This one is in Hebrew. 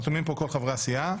חתומים פה כל חברי הסיעה.